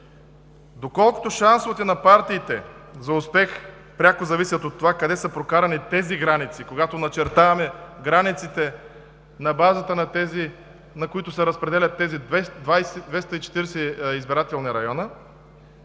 доколкото шансовете на партиите за успех пряко зависят от това къде са прокарани границите. Когато начертаваме границите, на базата на които се определят 240-те избирателни района,